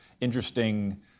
interesting